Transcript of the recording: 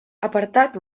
apartat